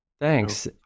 Thanks